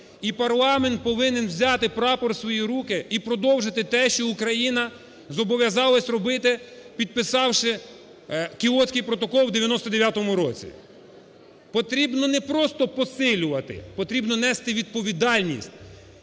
парламент повинен взяти прапор в свої руки і продовжити те, що Україна зобов'язалась робити, підписавши Кіотський протокол в 99-му році. Потрібно не просто посилювати, потрібно нести відповідальність